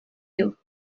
you